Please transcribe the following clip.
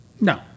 No